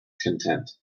content